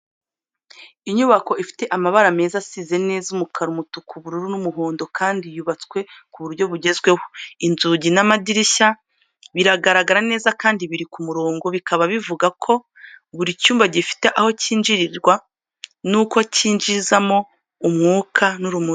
Inyubako ifite amabara meza asize neza: umukara, umutuku, ubururu n’umuhondo kandi yubatswe ku buryo bugezweho. Inzugi n'amadirishya biragaragara neza kandi biri ku murongo bikaba bivuga ko buri cyumba gifite aho cyinjirirwa n'uko cyinjizamo umwuka n'urumuri.